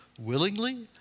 willingly